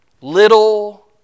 Little